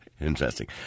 Interesting